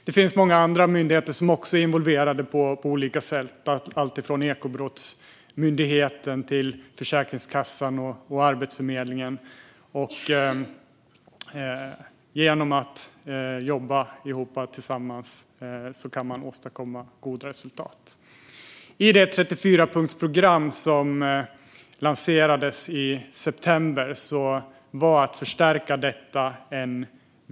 Det finns många andra aktörer som också är involverade på olika sätt, alltifrån Ekobrottsmyndigheten till Försäkringskassan och Arbetsförmedlingen. Genom att jobba tillsammans kan man åstadkomma goda resultat. I det 34-punktsprogram som lanserades i september var en viktig del att förstärka detta.